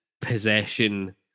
possession